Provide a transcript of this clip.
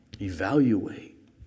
Evaluate